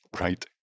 Right